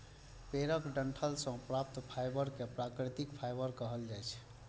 पेड़क डंठल सं प्राप्त फाइबर कें प्राकृतिक फाइबर कहल जाइ छै